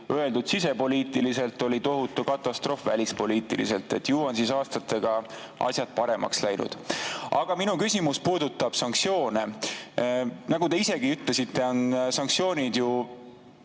öeldud sisepoliitiliselt, oli tohutu katastroof välispoliitiliselt. Ju siis aastatega on asjad paremaks läinud. Aga minu küsimus puudutab sanktsioone. Nagu te ise ka ütlesite, sanktsioonid on